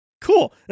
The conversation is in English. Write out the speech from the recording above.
Cool